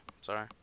Sorry